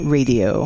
Radio